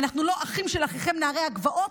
אנחנו לא אחים של אחיכם נערי הגבעות.